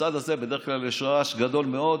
בצד הזה בדרך כלל יש רעש גדול מאוד.